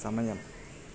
సమయం